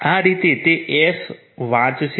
આ રીતે તે s વાંચશે